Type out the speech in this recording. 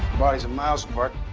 bodies are miles apart.